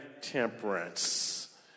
temperance